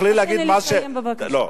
תרשה לי לסיים בבקשה.